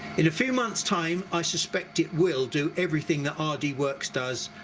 in a few months time, i suspect it will do everything that ah rdworks does,